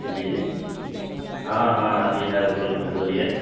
جی ہاں ہاں ابھی ہے اپلبدھ ہے بولیے